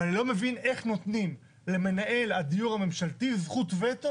ואני לא מבין איך נותנים למנהל הדיור הממשלתי זכות וטו